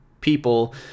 people